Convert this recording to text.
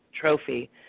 trophy